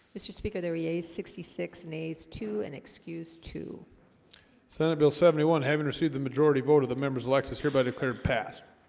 mr. speaker there ea's sixty six nays two and excuse to senate bill seventy one having received the majority vote of the members of lexus hereby declared past